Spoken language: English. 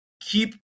keep